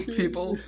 people